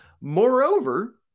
Moreover